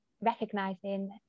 recognizing